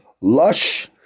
Lush